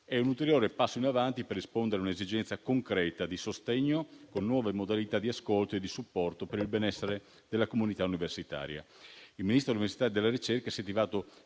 È un ulteriore passo in avanti per rispondere a un'esigenza concreta di sostegno, con nuove modalità di ascolto e di supporto per il benessere della comunità universitaria. Il Ministro dell'università e della ricerca si è attivato